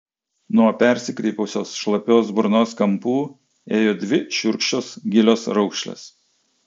nuo persikreipusios šlapios burnos kampų ėjo dvi šiurkščios gilios raukšlės